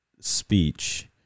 speech